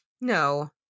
No